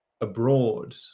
abroad